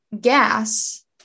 gas